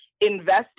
invest